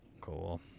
Cool